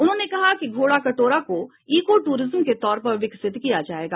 उन्होंने कहा कि घोड़ा कटोरा को ईको ट्ररिज्म के तौर पर विकसित किया जाएगा